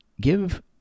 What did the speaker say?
give